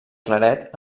claret